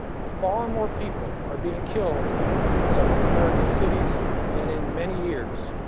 far more people are being killed in some of america's cities than in many years.